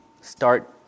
start